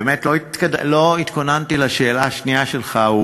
1. באמת לא התכוננתי לשאלה השנייה שלך.